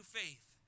faith